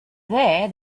there